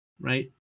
right